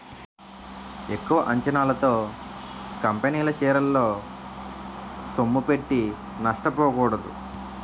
ఎక్కువ అంచనాలతో కంపెనీల షేరల్లో సొమ్ముపెట్టి నష్టపోకూడదు